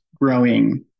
growing